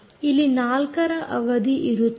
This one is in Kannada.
ಅಲ್ಲಿ 4 ರ ತನಕ ಅವಧಿ ಇರುತ್ತದೆ